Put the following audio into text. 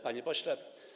Panie Pośle!